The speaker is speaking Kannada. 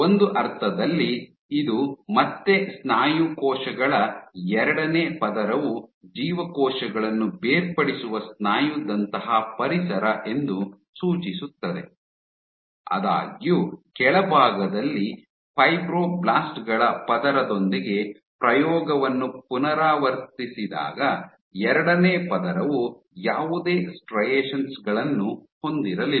ಒಂದು ಅರ್ಥದಲ್ಲಿ ಇದು ಮತ್ತೆ ಸ್ನಾಯು ಕೋಶಗಳ ಎರಡನೇ ಪದರವು ಜೀವಕೋಶಗಳನ್ನು ಬೇರ್ಪಡಿಸುವ ಸ್ನಾಯುದಂತಹ ಪರಿಸರ ಎಂದು ಸೂಚಿಸುತ್ತದೆ ಆದಾಗ್ಯೂ ಕೆಳಭಾಗದಲ್ಲಿ ಫೈಬ್ರೊಬ್ಲಾಸ್ಟ್ ಗಳ ಪದರದೊಂದಿಗೆ ಪ್ರಯೋಗವನ್ನು ಪುನರಾವರ್ತಿಸಿದಾಗ ಎರಡನೇ ಪದರವು ಯಾವುದೇ ಸ್ಟ್ರೈಯೆಷನ್ಸ್ ಗಳನ್ನು ಹೊಂದಿರಲಿಲ್ಲ